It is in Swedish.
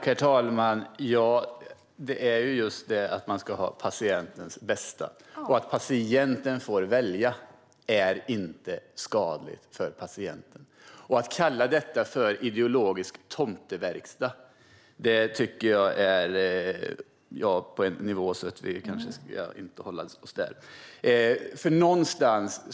Herr talman! Man ska ha just patientens bästa för ögonen. Att patienten får välja är inte skadligt för patienten. Att kalla detta för ideologisk tomteverkstad tycker jag är på en nivå som vi inte bör hålla oss på.